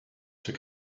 zur